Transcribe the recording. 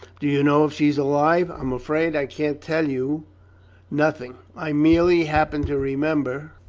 do you know if she's alive? i am afraid i can tell you nothing. i merely happen to remember